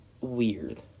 weird